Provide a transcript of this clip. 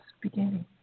beginning